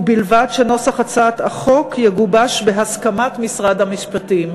ובלבד שנוסח הצעת החוק יגובש בהסכמת משרד המשפטים.